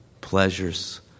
pleasures